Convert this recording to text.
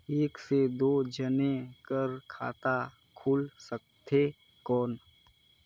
एक से दो जने कर खाता खुल सकथे कौन?